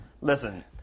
listen